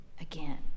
again